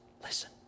Listen